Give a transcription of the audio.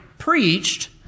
Preached